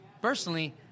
personally